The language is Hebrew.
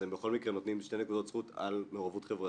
אז הם בכל מקרה נותנים שתי נקודות זכות על מעורבות חברתית.